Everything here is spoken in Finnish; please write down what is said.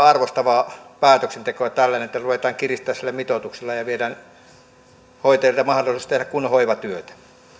arvostavaa päätöksentekoa tällainen että ruvetaan kiristämään sillä mitoituksella ja ja viedään hoitajilta mahdollisuus tehdä kunnon hoivatyötä